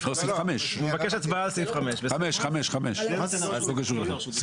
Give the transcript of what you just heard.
הוא מבקש הצבעה על סעיף 5. זאת אומרת,